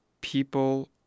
people